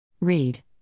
Read